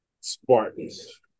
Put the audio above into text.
Spartans